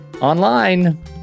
online